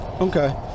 Okay